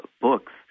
books